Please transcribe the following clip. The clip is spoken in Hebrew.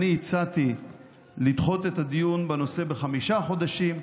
אני הצעתי לדחות את הדיון בנושא בחמישה חודשים.